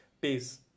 Peace